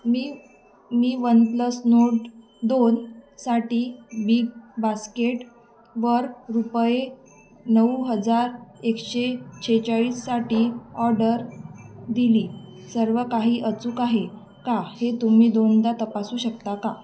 मी मी OnePlus Nord दोन साठी बीगबास्केट वर रुपये नऊ हजार एकशे सेहेचाळीससाठी ऑर्डर दिली सर्व काही अचूक आहे का हे तुम्ही दोनदा तपासू शकता का